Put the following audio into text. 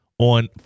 on